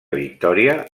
victòria